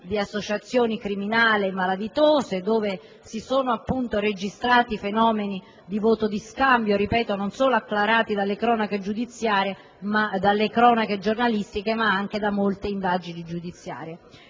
di associazioni criminali e malavitose e si sono registrati, appunto, fenomeni di voto di scambio non solo acclarati dalle cronache giornalistiche, ma anche da molte indagini giudiziarie.